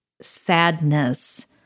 sadness